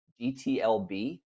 GTLB